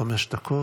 לרשותך חמש דקות.